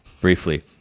briefly